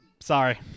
Sorry